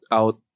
out